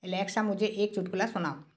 Alexa मुझे एक चुटकुला सुनाओ